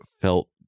felt